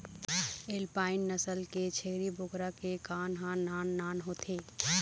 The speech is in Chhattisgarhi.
एल्पाइन नसल के छेरी बोकरा के कान ह नान नान होथे